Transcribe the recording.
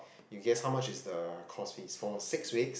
you guess how much is the course fees for six week